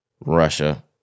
Russia